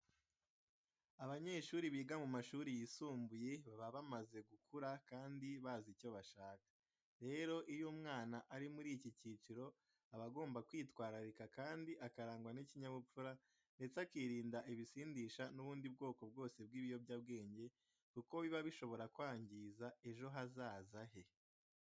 Abanyeshuri biga mu mashuri yisumbuye baba bamaze gukura kandi bazi icyo bashaka. Rero iyo umwana ari muri iki cyiciro aba agomba kwitwararika kandi akarangwa n'ikinyabupfura ndetse akirinda ibisindisha n'ubundi bwoko bwose bw'ibiyobyabwenge kuko biba bishobora kwangiza ejo hazaza he.